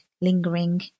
lingering